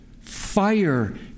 fire